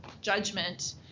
judgment